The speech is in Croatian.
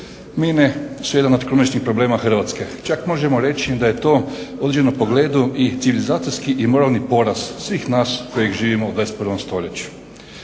Mine su jedan od kroničnih problema Hrvatske, čak možemo reći da je to u određenom pogledu i civilizacijski i moralni poraz svih nas koji živimo u 21. stoljeću.